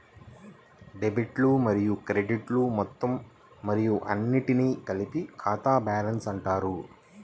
డెబిట్లు మరియు క్రెడిట్లు మొత్తం మరియు అన్నింటినీ కలిపి ఖాతా బ్యాలెన్స్ అంటారు